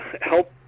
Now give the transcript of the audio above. help